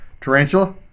tarantula